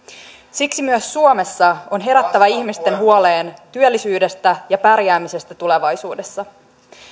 siksi myös suomessa on herättävä ihmisten huoleen työllisyydestä ja pärjäämisestä tulevaisuudessa